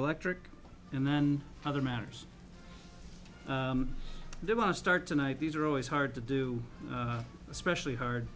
electric and then other matters they want to start tonight these are always hard to do especially hard